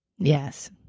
Yes